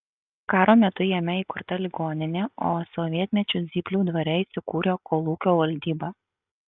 karo metu jame įkurta ligoninė o sovietmečiu zyplių dvare įsikūrė kolūkio valdyba